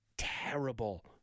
terrible